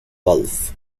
gulf